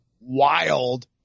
wild